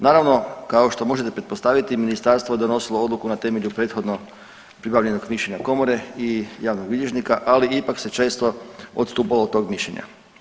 Naravno kao što možete pretpostaviti ministarstvo je donosilo odluku na temelju prethodno pribavljenog mišljenja komore i javnog bilježnika, ali ipak se često odstupalo od tog mišljenja.